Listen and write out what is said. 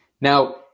Now